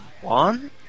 one